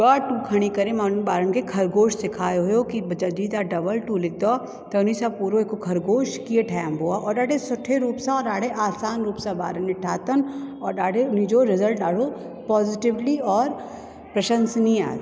ॿ ट खणी करे मां हुननि खे खरगोश सेखारियो हुओ कि जॾहिं तव्हां डबल टू लिखंदव त हुन सां पूरो हिकु खरगोश कीअं ठाहिबो आहे और ॾाढे उहो सुठे रूप सां ॾाढे आसान रूप सां ॿारनि ने ठातनि और ॾाढे उनी जो रिज़ल्ट ॾाढो पॉज़िटीवली और प्रशंसनीय आहे